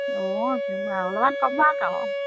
অঁ আৰু অলপমান কমাওক আৰু